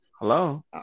Hello